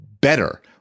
better